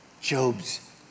job's